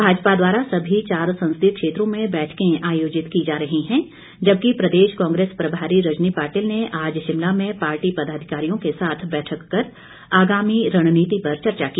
भाजपा द्वारा सभी चार संसदीय क्षेत्रों में बैठकें आयोजित की जा रही हैं जबकि प्रदेश कांग्रेस प्रभारी रजनी पाटिल ने आज शिमला में पार्टी पदाधिकारियों के साथ बैठक कर आगामी रणनीति पर चर्चा की